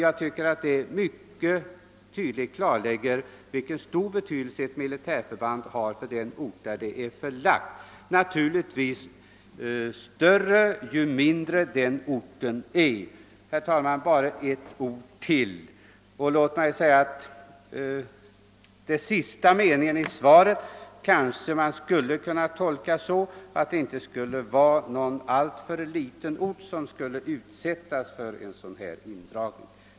Jag tycker att detta exempel mycket tydligt klarlägger vilken stor betydelse ett militärförband har för den ort där det är förlagt — naturligtvis större betydelse ju mindre orten är. Den sista meningen i svaret kanske man skulle kunna tolka så att det inte är någon alltför liten ort, som kommer att utsättas för indragning av sitt förband.